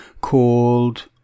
called